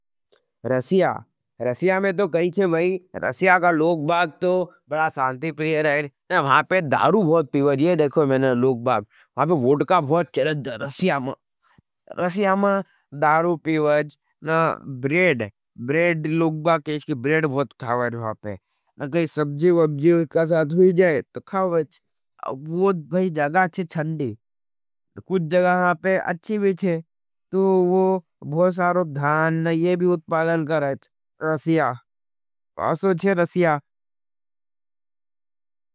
रसिया, Russia में तो कही छे। भाई रसिया का लोगबाग तो बड़ा सांती प्रिये रहे। न वहाँ पे दारू बहुत पीवाजी, ये देखो मेंने लोगबाग। वहाँ पे वोड़का बहुत चरद रसिया में रसिया में दारू पीवाज न ब्रेड ब्रेड लोगबाग के इसकी ब्रेड बहुत खावाज। वहाँ पे न कही सबजी, बगजी। उसका साथ हुई जाये तो खावाज वोध भाई जगाचे चंडी कुछ जगाँ। हाँ पे अच्छी भी छे तो वो भोग सारो धान न ये भी उतपालल कराएँ तो पास वो चेड़ सिया।